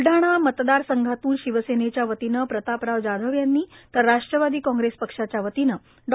ब्लढाणा मतदार संघातून शिवसेनेच्या वतीनं प्रतापराव जाधव यांनी तर राष्ट्रवादी कांग्रेस पक्षाच्या वतीनं डॉ